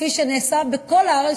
כפי שנעשה בכל הארץ,